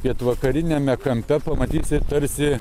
pietvakariniame kampe pamatysi tarsi